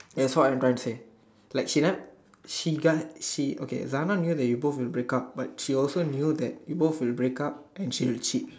that's what I'm trying to say Sarah knew that you both in break up and she also knew that both will break and she will cheat